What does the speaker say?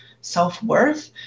self-worth